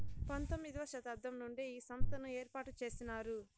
పంతొమ్మిది వ శతాబ్దం నుండే ఈ సంస్థను ఏర్పాటు చేసినారు